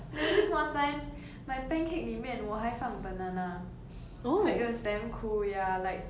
there was this one time my pancake 里面我还放 banana so it was damn cool ya like